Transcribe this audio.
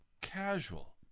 casual